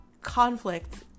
conflict